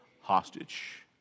hostage